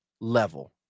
level